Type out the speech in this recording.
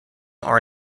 are